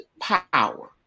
power